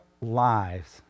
lives